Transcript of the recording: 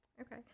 Okay